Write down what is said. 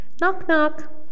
Knock-knock